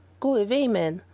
go away, man,